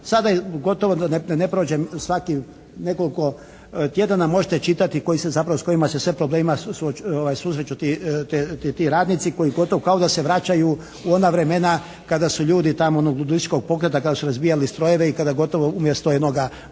Sada gotovo da ne prođem svaki nekoliko tjedana, možete čitati koji se zapravo, s kojima se sve problemima susreću ti, ti radnici koji gotovo kao da se vraćaju u ona vremena kada su ljudi tamo … /Govornik se ne razumije./ … pokreta kada su razbijali strojeve i kada gotovo umjesto jednoga modernog